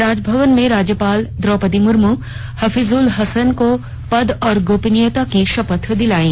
राजभवन में राज्यपाल द्रौपदी मुमू हफीजुल हसन को पद और गोपनीयता की शपथ दिलायी